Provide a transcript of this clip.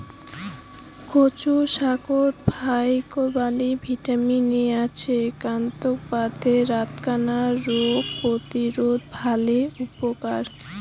কচু শাকত ফাইকবাণী ভিটামিন এ আছে এ্যাই বাদে রাতকানা রোগ প্রতিরোধত ভালে উপকার